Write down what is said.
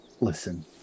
Listen